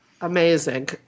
Amazing